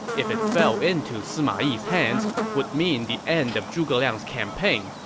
if it fell into sima yi's hands, would mean the end of zhuge liang's campaign,